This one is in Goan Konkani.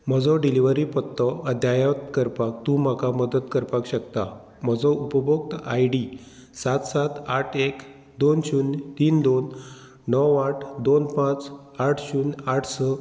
म्हजो डिलिव्हरी पत्तो अध्यायत करपाक तूं म्हाका मदत करपाक शकता म्हजो उपभोक्त आय डी सात सात आठ एक दोन शुन्य तीन दोन णव आठ दोन पांच आठ शुन्य आठ स